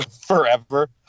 Forever